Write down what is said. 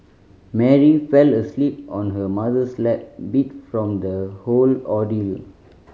Mary fell asleep on her mother's lap beat from the whole ordeal